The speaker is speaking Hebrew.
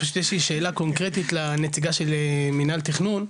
יש לי שאלה קונקרטית לנציגה של מינהל התכנון,